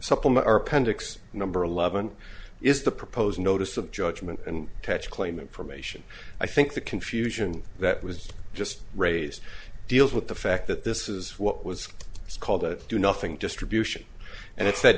supplement or appendix number eleven is the proposed notice of judgment and attach claim information i think the confusion that was just raised deals with the fact that this is what was called a do nothing distribution and it said